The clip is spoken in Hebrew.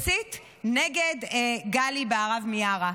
מסית נגד גלי בהרב מיארה,